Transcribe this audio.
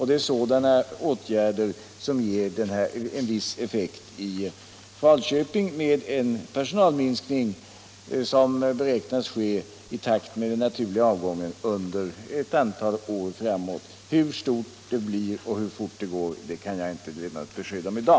Det är sådana åtgärder som ger en viss effekt i Falköping med en personalminskning som beräknas ske i takt med den naturliga avgången under ett antal år framåt. Hur stor den blir och hur fort den går kan jag inte lämna något besked om i dag.